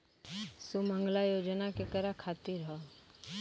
सुमँगला योजना केकरा खातिर ह?